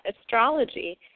astrology